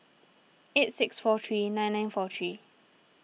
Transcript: eight six four three nine nine four three